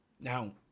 Now